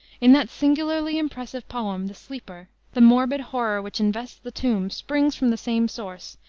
in that singularly impressive poem, the sleeper, the morbid horror which invests the tomb springs from the same source,